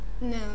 No